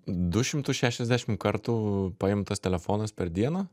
du šimtus šešiasdešimt kartų paimtas telefonas per dieną